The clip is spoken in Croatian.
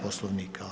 Poslovnika.